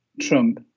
Trump